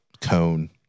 cone